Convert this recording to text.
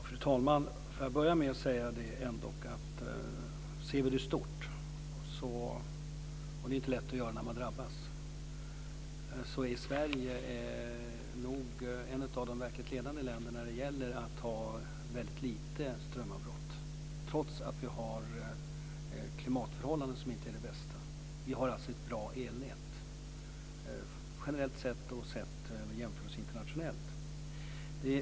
Fru talman! Får jag ändå börja med att säga att ser vi det i stort, och det är inte lätt att göra när man drabbas, är Sverige nog ett av de verkligt ledande länderna när det gäller att ha väldigt lite strömavbrott - trots att vi har klimatförhållanden som inte är det bästa. Vi har alltså ett bra elnät generellt sett och sett vid en jämförelse internationellt.